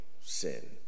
sin